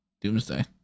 Doomsday